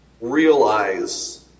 realize